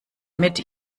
mit